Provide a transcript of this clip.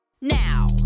now